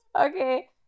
okay